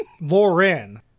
Lauren